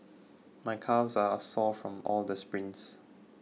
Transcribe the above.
my calves are sore from all the sprints